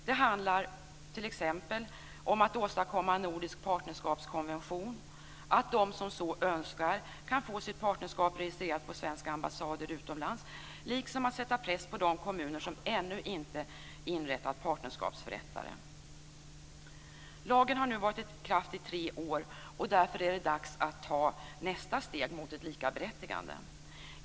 Det handlar t.ex. om att åstadkomma en nordisk partnerskapskonvention, att de som så önskar kan få sitt partnerskap registrerat på svenska ambassader utomlands, liksom att sätta press på de kommuner som ännu inte inrättat partnerskapsförrättare. Lagen har nu varit i kraft i tre år och därför är det dags att ta nästa steg mot ett likaberättigande.